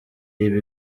iba